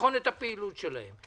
לבחון את הפעילות שלהן.